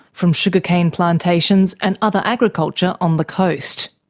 from sugar cane plantations and other agriculture on the coast.